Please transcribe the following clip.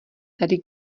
tady